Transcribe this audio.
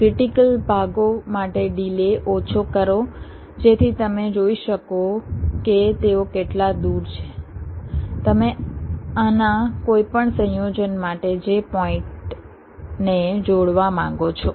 critical ભાગો માટે delay ઓછો કરો જેથી તમે જોઈ શકો કે તેઓ કેટલા દૂર છે તમે આના કોઈપણ સંયોજન માટે જે પોઈન્ટ ને જોડવા માંગો છો